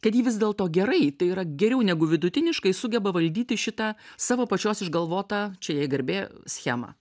kad ji vis dėlto gerai tai yra geriau negu vidutiniškai sugeba valdyti šitą savo pačios išgalvotą čia jai garbė schemą